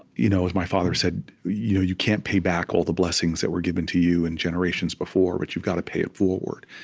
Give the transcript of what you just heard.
you know as my father said, you know you can't pay back all the blessings that were given to you in generations before, but you've got to pay it forward.